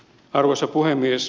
arvoisa puhemies